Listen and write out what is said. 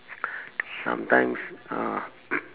sometimes uh